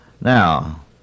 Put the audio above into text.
Now